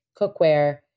cookware